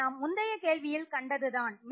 இது நாம் முந்தைய கேள்வியில் கண்டதுதான்